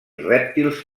rèptils